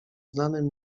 znanym